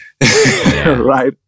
right